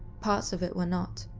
parts of it were not.